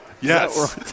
Yes